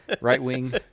right-wing